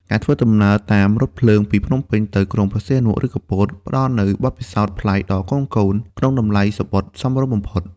ការធ្វើដំណើរតាមរថភ្លើងពីភ្នំពេញទៅក្រុងព្រះសីហនុ ឬកំពត ផ្តល់នូវបទពិសោធន៍ប្លែកដល់កូនៗក្នុងតម្លៃសំបុត្រសមរម្យបំផុត។